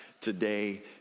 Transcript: today